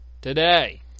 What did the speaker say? today